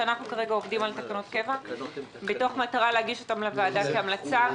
שאנחנו כרגע עובדים על תקנות קבע מתוך מטרה להגיש אותן לוועדה כהמלצה.